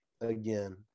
again